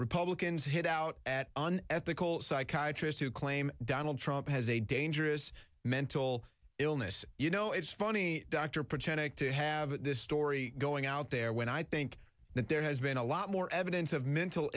republicans hit out at an ethical psychiatrist who claim donald trump has a dangerous mental illness you know it's funny dr pretend to have this story going out there when i think that there has been a lot more evidence of mental